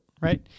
right